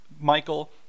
Michael